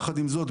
יחד עם זאת,